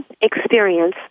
experience